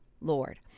Lord